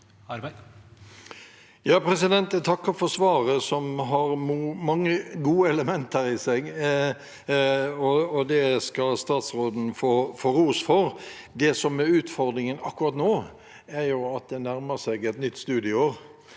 (H) Jeg takker for svaret, som har mange gode elementer i seg, og det skal statsråden få ros for. Det som er utfordringen akkurat nå, er at det nærmer seg et nytt studieår,